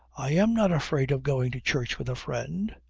i am not afraid of going to church with a friend.